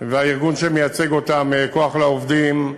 והארגון שמייצג אותם, "כוח לעובדים",